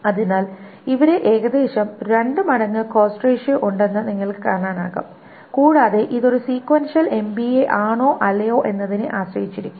അതിനാൽ ഇവിടെ ഏകദേശം രണ്ട് മടങ്ങ് കോസ്ററ് റേഷ്യോ ഉണ്ടെന്ന് നിങ്ങൾക്കു കാണാനാകും കൂടാതെ ഇത് ഒരു സീക്വൻഷ്യൽ MB ആണോ അല്ലയോ എന്നതിനെ ആശ്രയിച്ചിരിക്കും